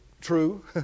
true